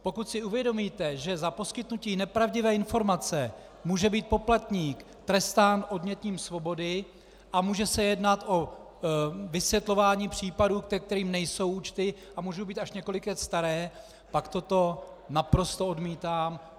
Pokud si uvědomíte, že za poskytnutí nepravdivé informace může být poplatník trestán odnětím svobody a může se jednat o vysvětlování případů, ke kterým nejsou účty, a můžou být až několik let staré, pak toto naprosto odmítám.